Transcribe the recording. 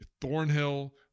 Thornhill